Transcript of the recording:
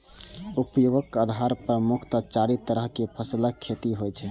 उपयोगक आधार पर मुख्यतः चारि तरहक फसलक खेती होइ छै